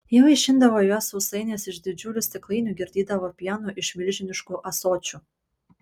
ji vaišindavo juos sausainiais iš didžiulių stiklainių girdydavo pienu iš milžiniškų ąsočių